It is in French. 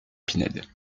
pinède